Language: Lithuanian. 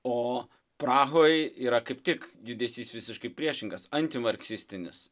o prahoj yra kaip tik judesys visiškai priešingas antimarksistinis